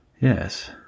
Yes